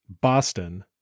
Boston